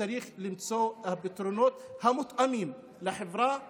וצריך למצוא את הפתרונות המותאמים לחברה הבדואית.